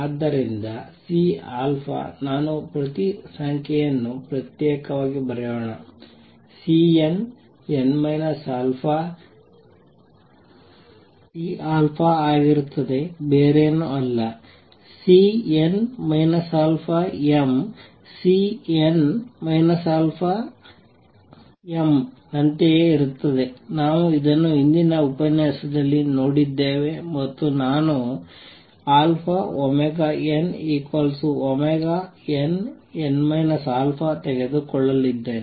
ಆದ್ದರಿಂದ C ನಾನು ಪ್ರತಿ ಸಂಖ್ಯೆಯನ್ನು ಪ್ರತ್ಯೇಕವಾಗಿ ಬರೆಯೋಣ Cnn α C αಆಗಿರುತ್ತದೆ ಬೇರೇನಲ್ಲ Cn αm Cn αm ನಂತೆಯೇ ಇರುತ್ತದೆ ನಾವು ಇದನ್ನು ಹಿಂದಿನ ಉಪನ್ಯಾಸದಲ್ಲಿ ನೊಡಿದ್ಡೇವೆ ಮತ್ತು ನಾನು αωnnn α ತೆಗೆದುಕೊಳ್ಳಲಿದ್ದೇನೆ